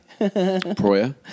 Proya